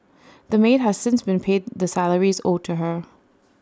the maid has since been paid the salaries owed to her